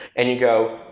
and you go,